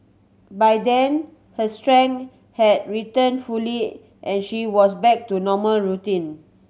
by then her strength had returned fully and she was back to normal routine